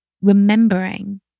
remembering